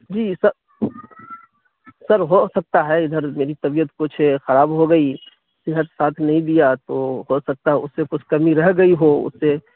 جی sir sir ہو سکتا ہے ادھر میری طبیعت کچھ خراب ہو گئی صحت ساتھ نہیں دیا تو ہو سکتا اس سے کچھ کمی رہ گئی ہو اس سے